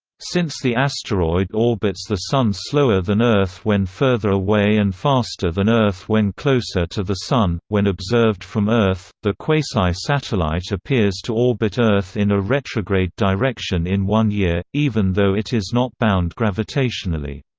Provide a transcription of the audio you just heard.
since the asteroid orbits the sun slower than earth when further away and faster than earth when closer to the sun, when observed from earth, the quasi-satellite appears to orbit earth in a retrograde direction in one year, even though it is not bound gravitationally.